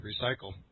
recycle